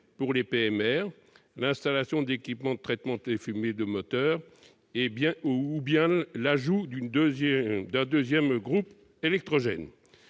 réduite, l'installation d'équipements de traitement des fumées de moteurs ou bien l'ajout d'un second groupe électrogène.